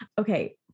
Okay